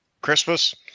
Christmas